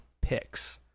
picks